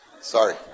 Sorry